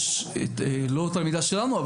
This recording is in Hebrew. לא תלמידה שלנו,